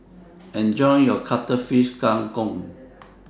Enjoy your Cuttlefish Kang Kong